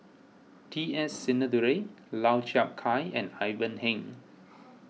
T S Sinnathuray Lau Chiap Khai and Ivan Heng